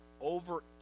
over